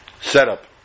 setup